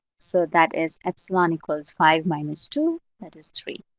so that is epsilon equals five minus two. that is three.